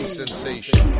sensation